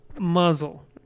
muzzle